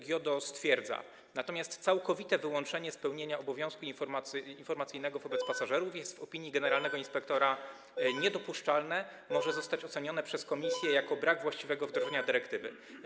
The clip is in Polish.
GIODO stwierdza: Natomiast całkowite wyłączenie z pełnienia obowiązku informacyjnego wobec pasażerów jest w opinii generalnego inspektora niedopuszczalne, może zostać ocenione przez Komisję jako brak właściwego wdrożenia dyrektywy.